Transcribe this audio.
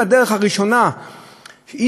אנשים באמת השקיעו מפת לחמם.